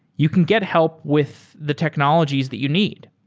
you can get help with the technologies that you need.